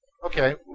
Okay